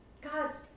God's